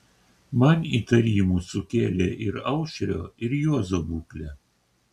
man įtarimų sukėlė ir aušrio ir juozo būklė